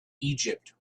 egypt